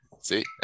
See